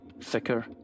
thicker